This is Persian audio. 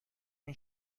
این